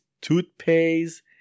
toothpaste